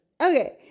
Okay